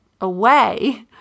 away